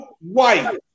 white